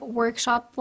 workshop